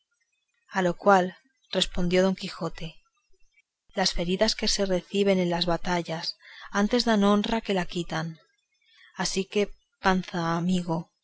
a lo cual respondió don quijote las feridas que se reciben en las batallas antes dan honra que la quitan así que panza amigo